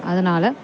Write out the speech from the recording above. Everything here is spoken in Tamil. அதனால்